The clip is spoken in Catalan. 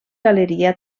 galeria